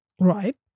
Right